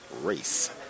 race